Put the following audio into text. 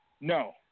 No